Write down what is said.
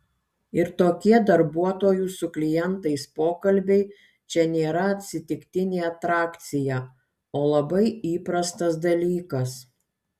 ir tokie darbuotojų su klientais pokalbiai čia nėra atsitiktinė atrakcija o labai įprastas dalykas